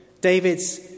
David's